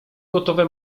gotowe